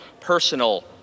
personal